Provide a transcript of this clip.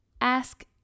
Ask